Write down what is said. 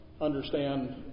understand